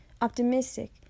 optimistic